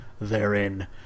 therein